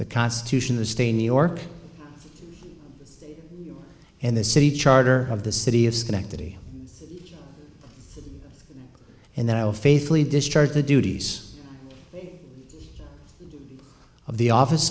the constitution the state in new york and the city charter of the city of schenectady and that i will faithfully discharge the duties of the office